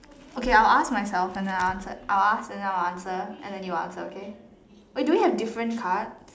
okay I will ask myself and then I will I ask then I answer and then you answer okay wait do we have different cards